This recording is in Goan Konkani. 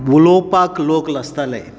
उलोवपाक लोक लजताले